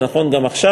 זה נכון גם עכשיו.